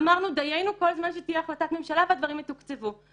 אמרנו דיינו כל זמן שתהיה החלטת ממשלה והדברים יתוקצבו.